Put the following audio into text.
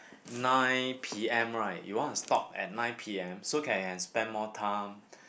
nine P_M right you want to stop at nine P_M so can spend more time